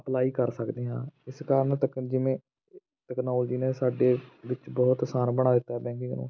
apply ਕਰ ਸਕਦੇ ਹਾਂ ਇਸ ਕਾਰਨ ਤਕ ਜਿਵੇਂ ਤਕਨੌਲਜੀ ਨੇ ਸਾਡੇ ਵਿੱਚ ਬਹੁਤ ਅਸਾਨ ਬਣਾ ਦਿੱਤਾ ਹੈ ਬੈਂਕਿੰਗ ਨੂੰ